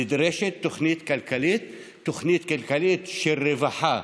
נדרשת תוכנית כלכלית, תוכנית כלכלית של רווחה.